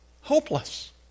hopeless